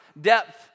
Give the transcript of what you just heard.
depth